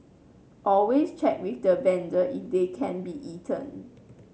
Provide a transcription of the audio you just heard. always check with the vendor if they can be eaten